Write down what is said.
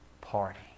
party